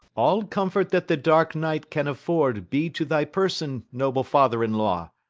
all comfort that the dark night can afford be to thy person, noble father-in-law!